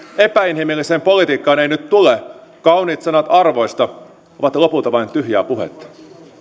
epäinhimilliseen politiikkaan ei nyt tule kauniit sanat arvoista ovat lopulta vain tyhjää puhetta